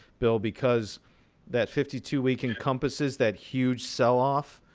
bill, because that fifty two week encompasses that huge sell off,